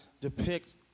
depict